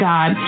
God